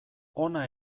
hona